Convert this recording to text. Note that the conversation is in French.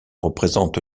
représente